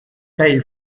pay